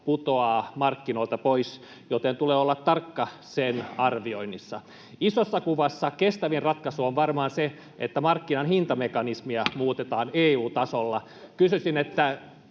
putoaa markkinoilta pois, joten tulee olla tarkka sen arvioinnissa. Isossa kuvassa kestävin ratkaisu on varmaan se, että markkinan hintamekanismia muutetaan EU-tasolla. [Puhemies